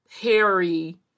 Harry